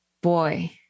boy